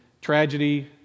tragedy